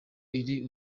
riri